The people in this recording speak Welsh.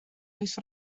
oes